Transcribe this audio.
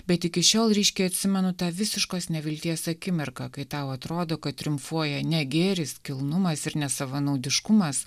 bet iki šiol ryškiai atsimenu tą visiškos nevilties akimirką kai tau atrodo kad triumfuoja ne gėris kilnumas ir nesavanaudiškumas